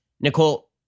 Nicole